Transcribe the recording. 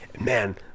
man